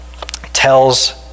tells